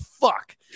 fuck